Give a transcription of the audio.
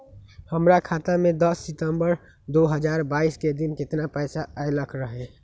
हमरा खाता में दस सितंबर दो हजार बाईस के दिन केतना पैसा अयलक रहे?